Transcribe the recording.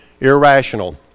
irrational